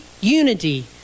unity